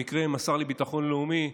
במקרה הם השר לביטחון לאומי,